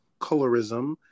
colorism